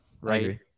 right